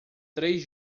três